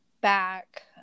back